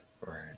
Right